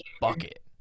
bucket